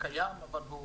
קיים, אבל הוא